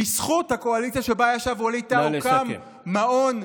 בזכות הקואליציה שבה ישב ווליד טאהא הוקם מעון,